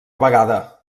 vegada